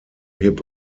hip